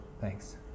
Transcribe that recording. Thanks